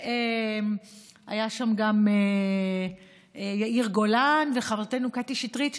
והיו שם גם יאיר גולן וחברתנו קטי שטרית,